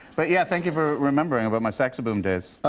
but, yeah, thank you for remembering about my sax-a-boom days.